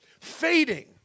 fading